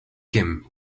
him